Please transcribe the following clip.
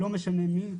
לא משנה מי,